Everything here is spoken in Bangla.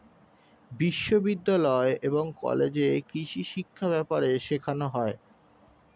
বিশ্ববিদ্যালয় এবং কলেজে কৃষিশিক্ষা ব্যাপারে শেখানো হয়